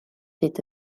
hyd